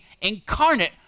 incarnate